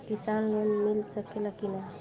किसान लोन मिल सकेला कि न?